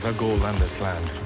ah gold on this land.